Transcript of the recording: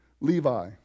Levi